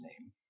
name